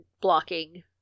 blocking